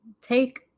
Take